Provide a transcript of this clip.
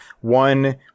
One